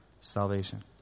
Salvation